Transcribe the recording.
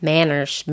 Manners